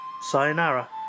Sayonara